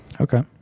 okay